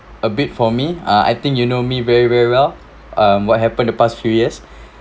a bit for me ah I think you know me very very well um what happened the past few years